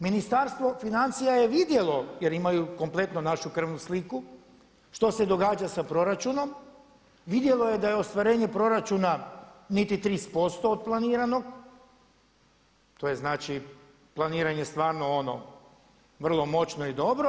Ministarstvo financija je vidjelo jer imaju kompletno našu krvnu sliku što se događa sa sa proračunom, vidjelo je da je ostvarenje proračuna niti 30% od planiranog, to je znači planiranje stvarno ono vrlo moćno i dobro.